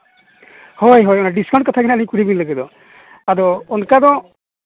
ᱦᱳᱭ ᱦᱳᱭ ᱰᱤᱥᱠᱟᱣᱩᱱᱴ ᱠᱟᱛᱷᱟ ᱜᱮᱦᱟᱸᱜ ᱞᱤᱧ ᱠᱩᱞᱤᱵᱮᱱ ᱞᱟᱹᱜᱤᱫᱚᱜ ᱟᱫᱚ ᱚᱱᱠᱟ ᱫᱚ